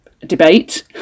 debate